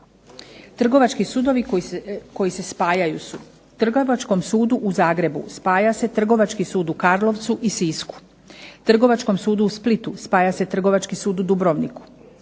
Trgovački sudovi koji se spajaju su: Trgovačkom sudu u Zagrebu spaja se Trgovački sud u Karlovcu i Sisku. Trgovačkom sudu u Splitu spaja se Trgovački sud u Dubrovniku.